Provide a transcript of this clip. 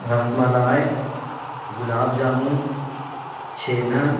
رس ملائی گلاب جامن چھینا